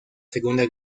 segunda